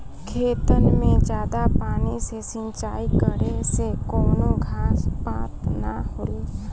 खेतन मे जादा पानी से सिंचाई करे से कवनो घास पात ना होला